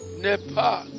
Nepal